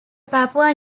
papua